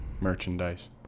Merchandise